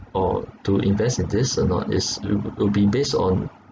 or to invest in this or not is it will be based on